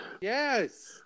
Yes